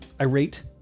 irate